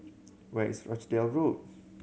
where is Rochdale Road